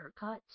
haircuts